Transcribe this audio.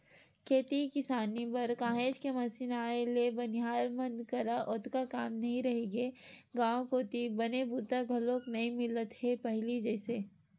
खेती किसानी बर काहेच के मसीन आए ले बनिहार मन करा ओतका काम नइ रहिगे गांव कोती बने बूता घलोक नइ मिलत हे पहिली जइसे